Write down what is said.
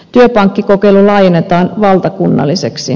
työpankkikokeilu laajennetaan valtakunnalliseksi